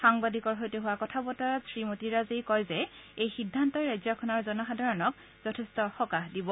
সাংবাদিকসকলৰ সৈতে হোৱা কথা বতৰাত শ্ৰীমতী ৰাজেই কয় যে এই সিদ্ধান্তই ৰাজ্যখনৰ জনসাধাৰণক যথেষ্ট সকাহ প্ৰদান কৰিব